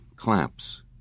clamps